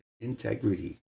integrity